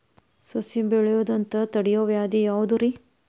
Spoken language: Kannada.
ಸಸಿ ಬೆಳೆಯದಂತ ತಡಿಯೋ ವ್ಯಾಧಿ ಯಾವುದು ರಿ?